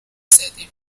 زدیم